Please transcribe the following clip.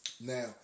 now